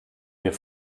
wir